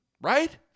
right